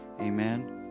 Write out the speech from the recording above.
Amen